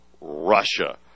Russia